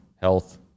health